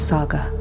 Saga